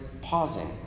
pausing